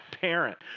parent